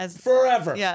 Forever